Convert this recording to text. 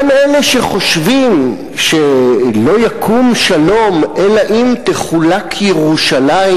גם אלה שחושבים שלא יקום שלום אלא אם תחולק ירושלים